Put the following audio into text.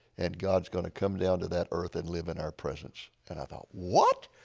and god is going to come down to that earth and live in our presence. and i thought, what?